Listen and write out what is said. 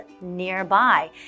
nearby